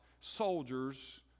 soldiers